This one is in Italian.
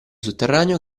sotterraneo